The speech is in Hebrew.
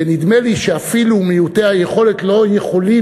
ונדמה לי שאפילו מעוטי היכולת לא יכולים